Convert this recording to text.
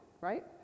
right